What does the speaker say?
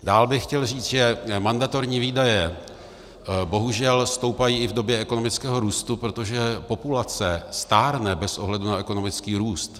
Dál bych chtěl říct, že mandatorní výdaje bohužel stoupají i v době ekonomického růstu, protože populace stárne bez ohledu na ekonomický růst.